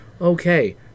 Okay